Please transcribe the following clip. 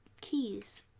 keys